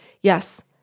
yes